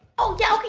oh yeah, okay,